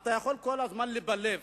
אתה יכול כל הזמן לבלף?